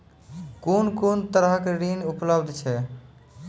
कून कून तरहक ऋण उपलब्ध छै?